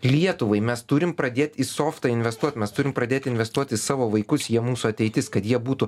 lietuvai mes turim pradėt į sofą investuot mes turim pradėt investuot į savo vaikus jie mūsų ateitis kad jie būtų